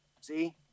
see